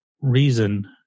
reason